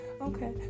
Okay